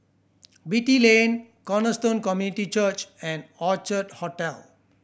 Beatty Lane Cornerstone Community Church and Orchard Hotel